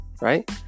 Right